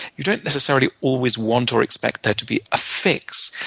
you don't necessarily always want or expect there to be a fix.